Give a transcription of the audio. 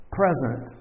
present